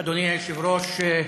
אדוני היושב-ראש,